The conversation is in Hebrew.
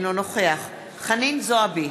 אינו נוכח חנין זועבי,